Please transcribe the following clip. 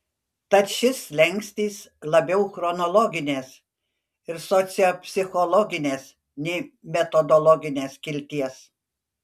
tad šis slenkstis labiau chronologinės ir sociopsichologinės nei metodologinės kilties